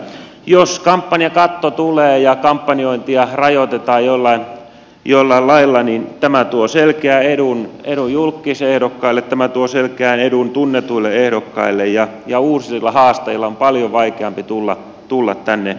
jos kampanjakatto tulee ja kampanjointia rajoitetaan jollain lailla niin tämä tuo selkeän edun julkkisehdokkaille tämä tuo selkeän edun tunnetuille ehdokkaille ja uusien haastajien on paljon vaikeampi tulla tänne mukaan